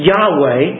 Yahweh